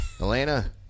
Elena